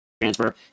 transfer